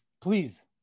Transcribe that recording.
please